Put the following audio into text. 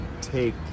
take